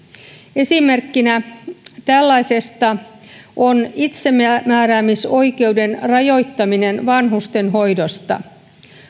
esimerkkinä tällaisesta on itsemääräämisoikeuden rajoittaminen vanhustenhoidossa